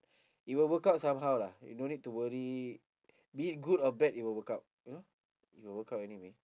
it will work out somehow lah you no need to worry be it good or bad it will work out you know it will work out anyway